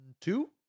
two